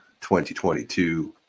2022